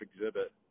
exhibit